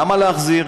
למה להחזיר?